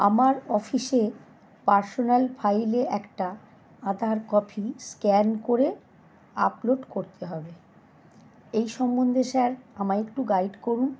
আমার অফিসে পার্সোনাল ফাইলে একটা আধার কপি স্ক্যান করে আপলোড করতে হবে এই সম্মন্ধে স্যার আমায় একটু গাইড করুন